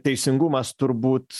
teisingumas turbūt